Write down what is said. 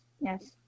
yes